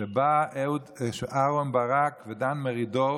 שבו אהרן ברק ודן מרידור